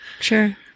Sure